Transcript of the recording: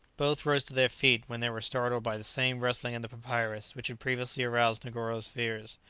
both rose to their feet, when they were startled by the same rustling in the papyrus which had previously aroused negoro's fears.